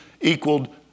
equaled